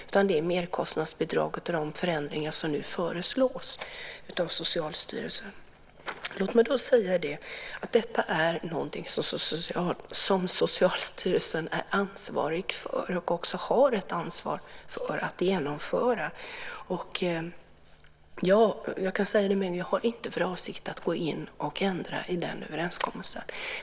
Det är merkostnadsbidraget och de förändringar av det som nu föreslås av Socialstyrelsen som det handlar om. Låt mig säga att detta är någonting som Socialstyrelsen är ansvarig för och har ett ansvar för att genomföra. Jag kan med en gång säga att jag inte har för avsikt att gå in och ändra i den överenskommelsen.